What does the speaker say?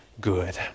good